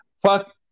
fuck